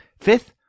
Fifth